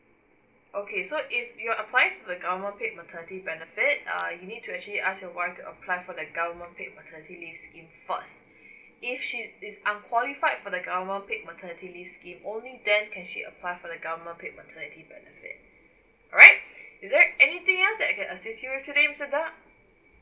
okay so if you're applying for the government paid maternity benefit err you need to actually ask your wife to apply for the government paid maternity leave scheme first if she is unqualified for the government paid maternity leave scheme only then can she apply for the government paid maternity benefit alright is there anything else that I can assist you with today mister tak